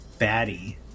baddie